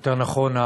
יותר נכון,